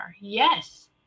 Yes